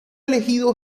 elegido